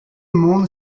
monde